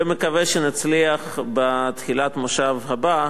ומקווה שנצליח בתחילת המושב הבא,